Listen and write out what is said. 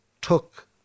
took